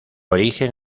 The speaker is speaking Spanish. origen